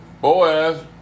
Boaz